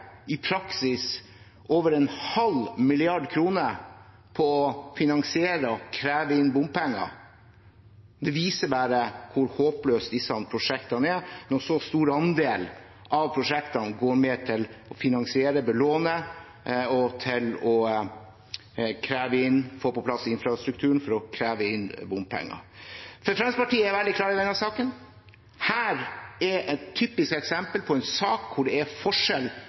over en halv milliard kroner på å finansiere å kreve inn bompenger. Det viser bare hvor håpløse disse prosjektene er, når en så stor andel av prosjektene går med til å finansiere, belåne og til å få på plass infrastrukturen for å kreve inn bompenger. Fremskrittspartiet er veldig klare i denne saken. Dette er et typisk eksempel på en sak hvor